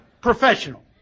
professional